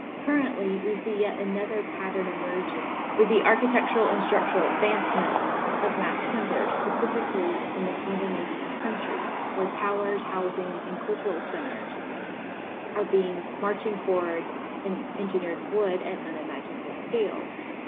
currently, we see yet another pattern emerging with the architectural and structural advancement of mass timber, specifically in the scandinavian countries, where towers, housing, and cultural centers are marching forward in engineered wood at unimaginable scales.